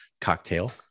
cocktail